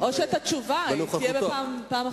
או שהתשובה תהיה בפעם אחרת.